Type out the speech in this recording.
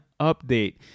update